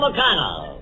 McConnell